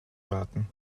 warten